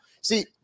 See